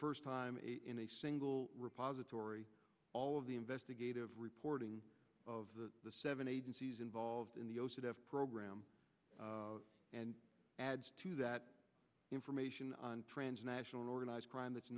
first time in a single repository all of the investigative reporting of the seven agencies involved in the program and add to that information on transnational organized crime